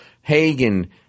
Hagen